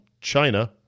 China